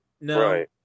No